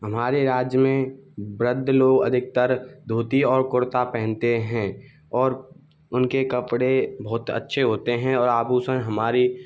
हमारे राज्य में वृद्ध लोग अधिकतर धोती और कुरता पहनते हैं और उनके कपड़े बहुत अच्छे होते हैं और आभूषण हमारी